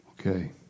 Okay